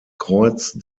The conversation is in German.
kreuz